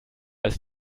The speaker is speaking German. ist